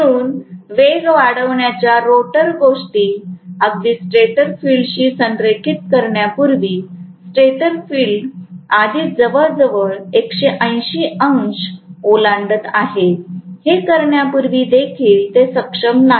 म्हणून वेग वाढवण्याच्या रोटर गोष्टी अगदी स्टेटर फील्डशी संरेखित करण्यापूर्वी स्टेटर फील्ड आधीच जवळजवळ 180 अंश ओलांडत आहे हे करण्यापूर्वी देखील ते सक्षम नाही